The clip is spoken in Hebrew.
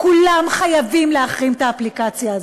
כולם חייבים להחרים את האפליקציה הזאת,